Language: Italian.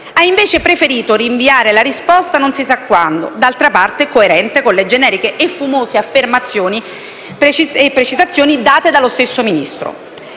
Ha però preferito rinviare la risposta a non si sa quando; d'altra parte, è coerente con le generiche e fumose affermazioni e precisazioni date dallo stesso Ministro.